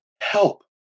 help